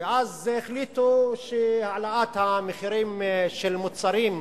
ואז החליטו שהעלאת המחירים של מוצרים,